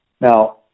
Now